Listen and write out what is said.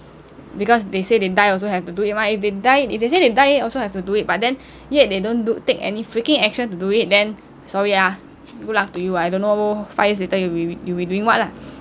because they say they die also have to do it mah if they die if they say die also have to do it but then yet they don't do take any freaking action to do it then sorry ah good luck to you I don't know five years later you will be you will be doing it what lah